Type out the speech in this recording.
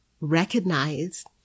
recognize